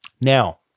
Now